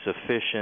sufficient